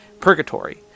purgatory